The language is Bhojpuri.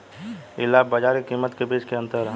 इ लाभ बाजार के कीमत के बीच के अंतर ह